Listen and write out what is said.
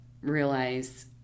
realize